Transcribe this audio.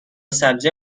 سبزی